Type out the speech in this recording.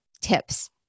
tips